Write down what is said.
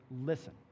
listen